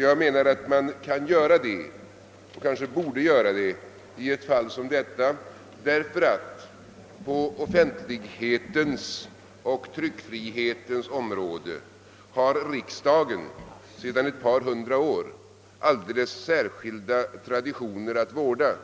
Jag menar att man kan göra det och kanske borde göra det i ett fall som detta, därför att på offentlighetens och tryckfrihetens område har riksdagen sedan ett par hundra år alldeles särskilda traditioner att vårda,